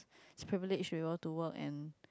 privilege to work and